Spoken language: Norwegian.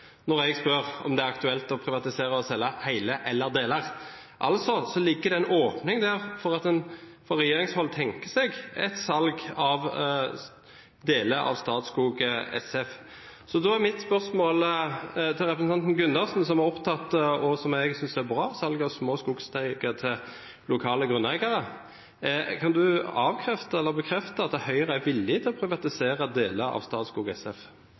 Når jeg stiller spørsmål til landbruksministeren om det er aktuelt å privatisere og selge hele eller deler av Statskog SF, får jeg til svar at det ikke er aktuelt å privatisere og selge hele. Altså ligger det en åpning der for at regjeringen kan tenke seg et salg av deler av Statskog SF. Da er mitt spørsmål til representanten Gundersen, som er opptatt av salg av små skogteiger til lokale grunneiere – noe jeg synes er bra: Kan representanten Gundersen avkrefte eller bekrefte at